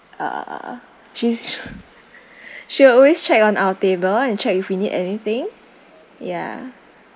uh uh uh she's she always check on our table and check if we need anything ya